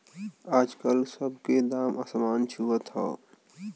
आजकल सब के दाम असमान छुअत हौ